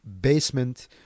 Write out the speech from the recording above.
basement